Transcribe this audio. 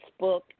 Facebook